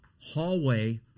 hallway